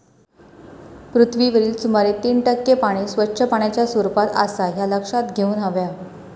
पृथ्वीवरील सुमारे तीन टक्के पाणी स्वच्छ पाण्याच्या स्वरूपात आसा ह्या लक्षात घेऊन हव्या